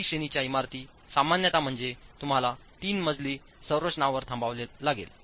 E श्रेणीच्या इमारती सामान्यत म्हणजे तुम्हाला3 मजली रचनांवर थांबावे लागेल